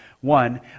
one